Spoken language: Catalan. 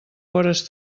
vores